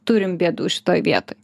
turim bėdų šitoj vietoj